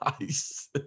Nice